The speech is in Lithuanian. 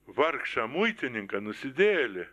vargšą muitininką nusidėjėlį